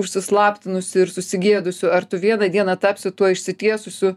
užsislaptinusiu ir susigėdusiu ar tu vieną dieną tapsi tuo išsitiesusiu